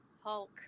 Hulk